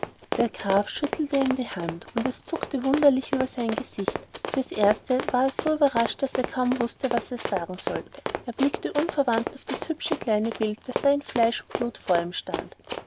der graf schüttelte ihm die hand und es zuckte wunderlich über sein gesicht fürs erste war er so überrascht daß er kaum wußte was er sagen solle er blickte unverwandt auf das hübsche kleine bild das da in fleisch und blut vor ihm stand